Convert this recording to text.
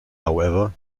however